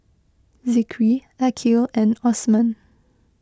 Zikri Aqil and Osman